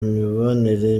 imibanire